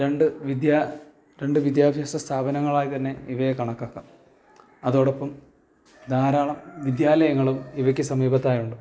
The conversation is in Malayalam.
രണ്ടു വിദ്യാ രണ്ടു വിദ്യാഭ്യാസ സ്ഥാപനങ്ങളായി തന്നെ ഇവയെ കണക്കാക്കാം അതോടൊപ്പം ധാരാളം വിദ്യാലയങ്ങളും ഇവയ്ക്ക് സമീപത്തായുണ്ട്